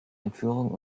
entführung